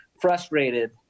frustrated